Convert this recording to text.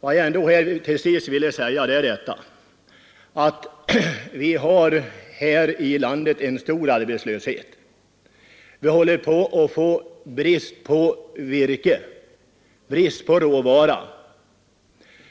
skall ske. Jag vill till sist säga: Vi har här i landet stor arbetslöshet; vi håller på att få brist på virke, brist på råvaror.